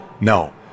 No